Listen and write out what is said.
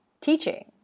teaching